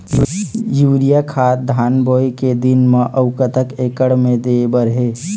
Urea खाद धान बोवे के दिन म अऊ कतक एकड़ मे दे बर हे?